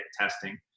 testing